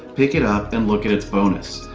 pick it up and look at its bonus.